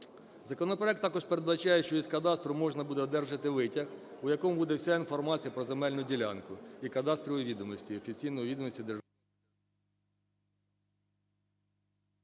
Законопроект також передбачає, що з кадастру можна буде одержати витяг, у якому буде вся інформація про земельну ділянку і кадастрові відомості, офіційні відомості…